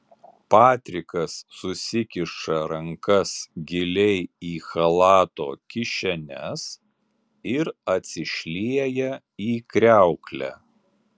patrikas susikiša rankas giliai į chalato kišenes ir atsišlieja į kriauklę